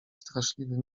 straszliwy